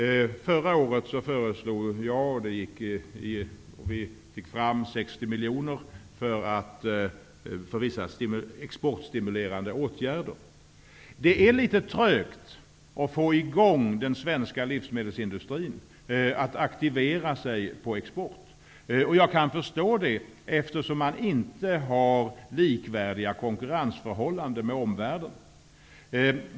Förra året lade jag fram ett förslag som ledde till att vi fick fram 60 miljoner för vissa exportstimulerande åtgärder. Det är litet trögt att få den svenska livsmedelsindustrin att aktivera sig för export. Jag kan förstå det, eftersom man inte har med omvärlden likvärdiga konkurrensförhållanden.